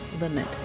limit